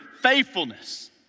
faithfulness